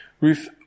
Ruth